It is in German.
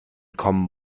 common